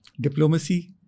Diplomacy